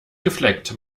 gefleckt